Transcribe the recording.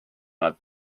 nad